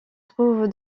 trouve